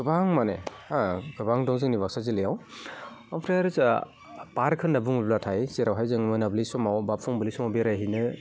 गोबां माने हो गोबां दं जोंनि बाक्सा जिल्लायाव ओमफ्राय आरो जोंहा पार्क होनना बुङोब्लाथाय जेरावहाय जों मोनाब्लि समाव फुंबिलि समाव बेरायहैनो